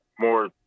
more